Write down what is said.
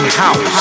house